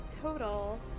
total